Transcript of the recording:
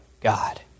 God